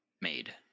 made